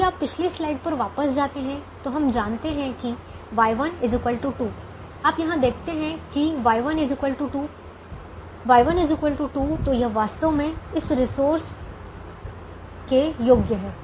यदि आप पिछली स्लाइड पर वापस जाते हैं तो हम जानते हैं कि Y1 2 आप यहाँ देखते हैं कि Y1 2 Y1 2 तो यह वास्तव में उस रिसोर्स के योग्य है